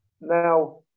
Now